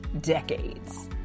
decades